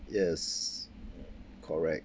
yes correct